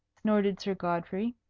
snorted sir godfrey.